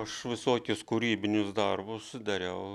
aš visokius kūrybinius darbus dariau